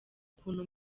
ukuntu